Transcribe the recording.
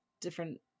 different